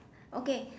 okay